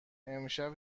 امشب